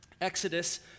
Exodus